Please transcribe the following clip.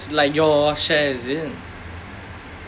just like your share is it